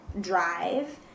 drive